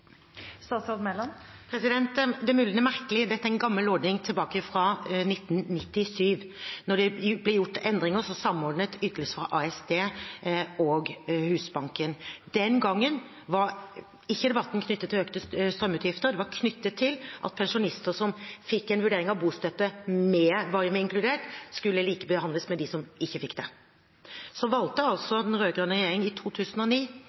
Det er mulig det er merkelig. Dette er en gammel ordning fra 1997, da det ble gjort endringer som samordnet ytelser fra Arbeids- og sosialdepartementet og Husbanken. Den gangen var ikke debatten knyttet til økte strømutgifter; den var knyttet til at pensjonister som fikk en vurdering av bostøtte med oppvarming inkludert, skulle likebehandles med dem som ikke fikk det. Så valgte den rød-grønne regjeringen i 2009